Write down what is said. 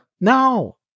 No